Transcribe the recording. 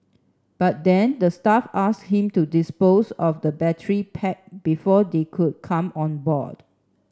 but then the staff asked him to dispose of the battery pack before they could come on board